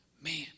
Man